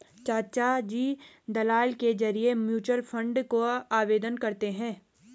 चाचाजी दलाल के जरिए म्यूचुअल फंड का आवेदन करते हैं